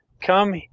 Come